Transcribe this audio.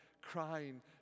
crying